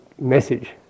message